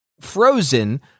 frozen